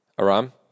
Aram